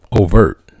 overt